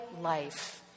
life